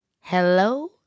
Hello